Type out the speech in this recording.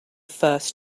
first